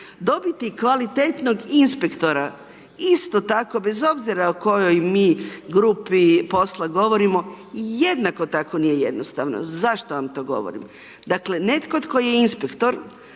Dobiti kvalitetnog inspektora isto tako bez obzira o kojoj mi grupi posla govorimo jednako tako nije jednostavno. Zašto vam to govorim? Dakle netko tko je inspektor